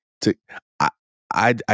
to—I—I